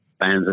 fans